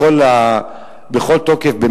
בכל תוקף,